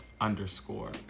underscore